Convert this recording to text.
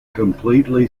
completely